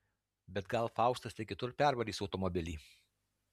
bet gal faustas tik kitur pervarys automobilį